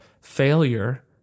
failure